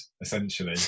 essentially